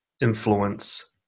influence